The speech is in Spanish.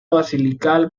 basilical